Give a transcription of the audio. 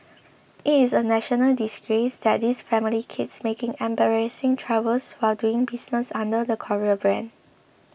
it is a national disgrace that this family keeps making embarrassing troubles while doing business under the Korea brand